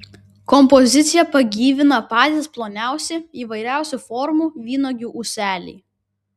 kompoziciją pagyvina patys ploniausi įvairiausių formų vynuogių ūseliai